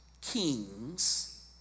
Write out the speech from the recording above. kings